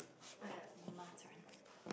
oh ya it's my turn